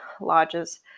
lodges